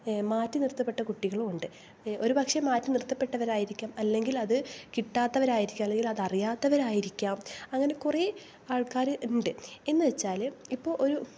മാറ്റി നിർത്തപ്പെട്ട കുട്ടികളും ഉണ്ട് ഒര് പക്ഷെ മാറ്റി നിർത്തപ്പെട്ടവരായിരിക്കാം അല്ലെങ്കിൽ അത് കിട്ടാത്തവരായിരിക്കാം അല്ലെങ്കിൽ അത് അറിയാത്തവരായിരിക്കാം അങ്ങനെ കുറെ ആൾക്കാര് ഉണ്ട് എന്ന് വെച്ചാല് ഇപ്പോൾ ഒരു